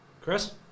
Chris